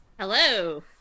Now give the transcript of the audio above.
hello